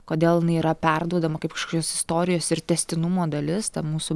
kodėl jinai yra perduodama kaip kažkokios istorijos ir tęstinumo dalis ta mūsų